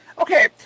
Okay